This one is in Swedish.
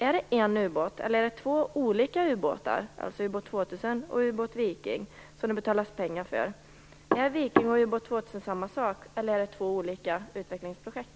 Är det fråga om en ubåt eller om två olika ubåtar, alltså ubåt 2000 och ubåt Viking som det skall betalas pengar för? Är ubåt Viking och ubåt 2000 samma sak, eller är det två olika utvecklingsprojekt?